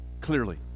clearly